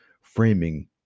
framing